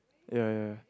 ya ya